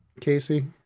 Casey